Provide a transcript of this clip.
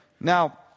Now